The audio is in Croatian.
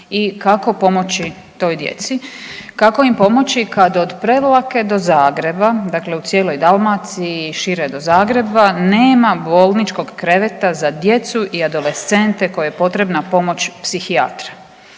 i kako pomoći toj djeci. Kako im pomoći kad od Prevlake do Zagreba, dakle u cijeloj Dalmaciji, šire do Zagreba nema bolničkog kreveta za djecu i adolescente koje je potrebna pomoć psihijatra.